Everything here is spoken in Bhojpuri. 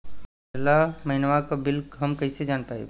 पिछला महिनवा क बिल हम कईसे जान पाइब?